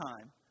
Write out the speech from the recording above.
time